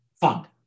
fund